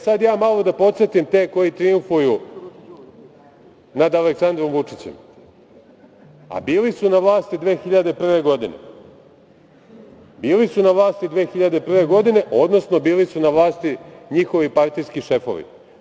Sada malo da podsetim te koji trijumfuju nad Aleksandrom Vučićem, a bili su na vlasti 2001. godine, bili su na vlasti 2001. godine, odnosno bili su na vlasti njihovi partijski šefovi.